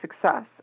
success